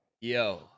Yo